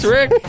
Rick